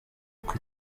uko